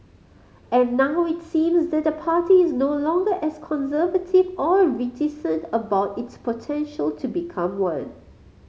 and now it seems that the party is no longer as conservative or reticent about its potential to become one